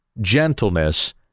gentleness